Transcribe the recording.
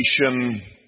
nation